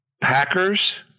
Packers